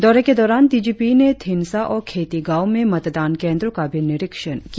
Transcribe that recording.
दौरे के दौरान डी जी पी ने थीनसा और खेती गांव में मतदान केंद्रों का भी निरीक्षण किया